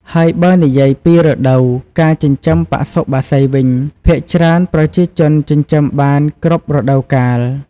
ហើយបើនិយាយពីរដូវការចិញ្ចឹមបសុបក្សីវិញ ភាគច្រើនប្រជាជនចិញ្ចឹមបានគ្រប់រដូវកាល។